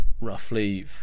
roughly